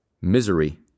misery